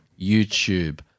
YouTube